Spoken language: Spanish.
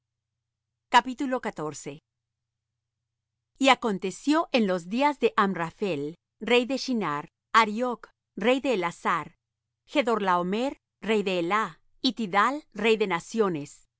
y acontecio en los días de amraphel rey de shinar arioch rey de elazar chdorlaomer rey de elá y tidal rey de naciones